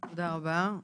תודה רבה.